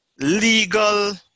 legal